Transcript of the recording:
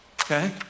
okay